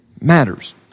matters